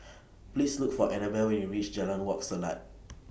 Please Look For Anabel when YOU REACH Jalan Wak Selat